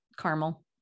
Caramel